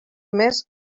més